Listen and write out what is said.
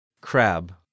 Crab